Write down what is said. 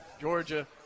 Georgia